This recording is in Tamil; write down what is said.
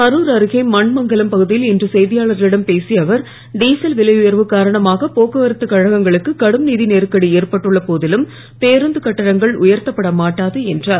கருர் அருகே மண்மங்கலம் பகுதியில் இன்று செய்தியாளர்களிடம் பேசிய அவர் டீசல் விலை உயர்வு காரணமாக போக்குவரத்து கழகங்களுக்கு கடும் நிதி நெருக்கடி ஏற்பட்டுள்ள போதிலும் பேருந்து கட்டணங்கள் உயர்த்தப்பட மாட்டாது என்றார்